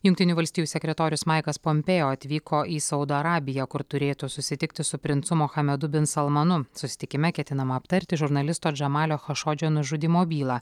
jungtinių valstijų sekretorius maikas pompėjo atvyko į saudo arabiją kur turėtų susitikti su princu mochamedu bin salmanu susitikime ketinama aptarti žurnalisto džamalio chašodžio nužudymo bylą